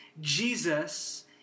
Jesus